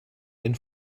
den